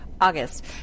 August